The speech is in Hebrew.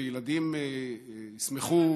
וילדים ישמחו,